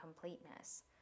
completeness